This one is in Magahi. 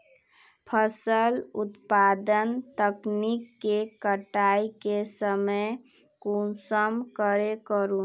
फसल उत्पादन तकनीक के कटाई के समय कुंसम करे करूम?